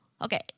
Okay